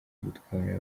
gutwara